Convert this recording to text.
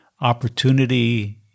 opportunity